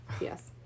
Yes